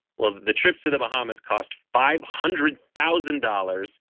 well, the trips to the bahamas cost five hundred thousand dollars.